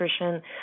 nutrition